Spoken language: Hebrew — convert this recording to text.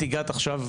את הגעת עכשיו,